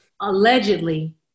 allegedly